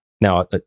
Now